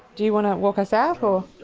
do you want to walk us out so